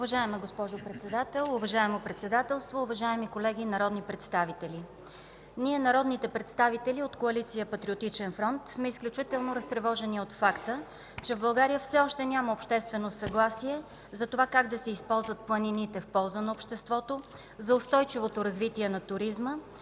Уважаема госпожо Председател, уважаемо Председателство, уважаеми колеги народни представители! Народните представители от коалиция Патриотичен фронт сме изключително разтревожени от факта, че в България все още няма обществено съгласие за това как да се използват планините в полза на обществото, за устойчивото развитие на туризма,